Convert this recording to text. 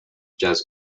jazz